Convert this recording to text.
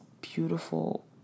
beautiful